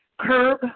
curb